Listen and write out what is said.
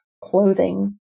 clothing